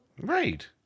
right